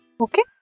Okay